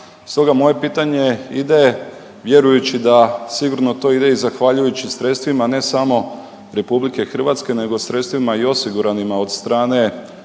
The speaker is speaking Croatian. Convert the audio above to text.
Stoga moje pitanje ide, vjerujući da sigurno to ide i zahvaljujući sredstvima, ne samo RH nego sredstvima i osiguranima od strane fondova